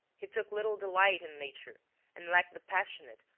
he took little delight in nature and lacked the passionate,